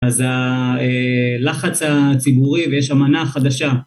אז הלחץ הציבורי ויש אמנה חדשה.